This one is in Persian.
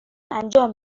انجام